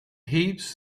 heaps